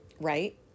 Right